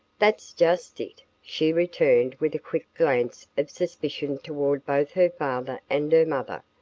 that's just it, she returned with a quick glance of suspicion toward both her father and her mother.